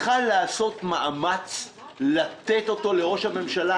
יכול היה לעשות מאמץ לתת אותו לראש הממשלה